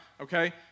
Okay